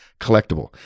collectible